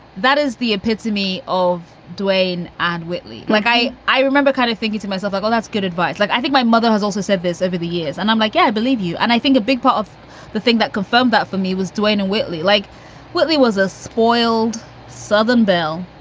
that is the epitome of duane and whitley. like i. i remember kind of thinking to myself, well, that's good advice. like, i think my mother has also said this over the years and i'm like, yeah i believe you. and i think a big part of the thing that confirmed that for me was duane and whitley, like whitney was a spoiled southern belle.